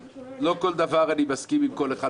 לא כל דבר אני מסכים עם כל אחד,